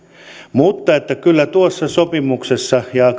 mutta kyllä tuossa sopimuksessa ja